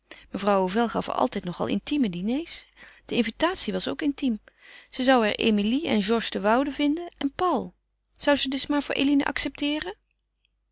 mevrouw hovel gaf altijd nogal intieme diners de invitatie was ook intiem ze zou er emilie en georges de woude vinden en paul zou ze dus maar voor eline accepteeren